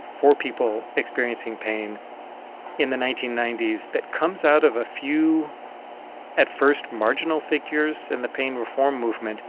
for people experiencing pain in the nineteen ninety s that comes out of a few at first, marginal figures in the pain reform movement.